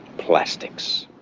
plastics.